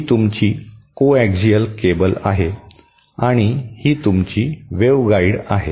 ही तुमची coaxial cable आहे आणि ही तुमची वेव्हगाइड आहे